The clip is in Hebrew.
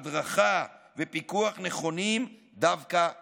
הדרכה ופיקוח נכונים דווקא כן.